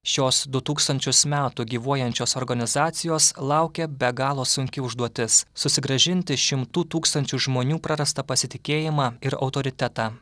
šiuos du tūkstančius metų gyvuojančios organizacijos laukia be galo sunki užduotis susigrąžinti šimtų tūkstančių žmonių prarastą pasitikėjimą ir autoritetą